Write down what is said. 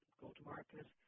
go-to-market